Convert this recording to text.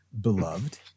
beloved